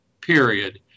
period